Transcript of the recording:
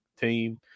team